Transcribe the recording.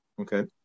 Okay